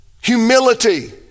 humility